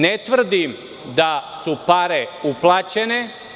Ne tvrdim da su pare uplaćene.